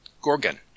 Gorgon